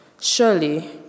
Surely